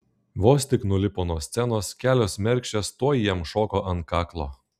vos tik nulipo nuo scenos kelios mergšės tuoj jam šoko ant kaklo